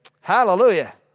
Hallelujah